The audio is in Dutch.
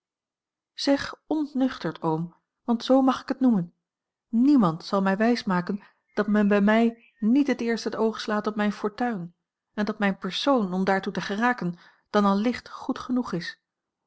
zeg ontnuchterd oom want zoo mag ik het noemen niemand zal mij wijs maken dat men bij mij niet t eerst het oog slaat op mijne fortuin en dat mijn persoon om daartoe te geraken dan al licht goed genoeg is